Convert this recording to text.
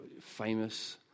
famous